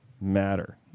matter